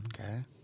okay